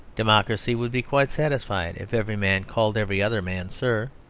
democracy would be quite satisfied if every man called every other man sir.